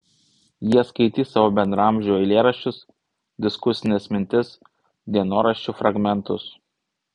jie skaitys savo bendraamžių eilėraščius diskusines mintis dienoraščių fragmentus